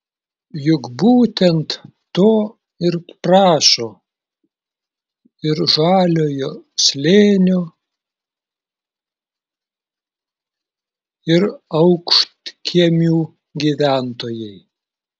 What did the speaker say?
juk būtent to ir prašo ir žaliojo slėnio ir aukštkiemių gyventojai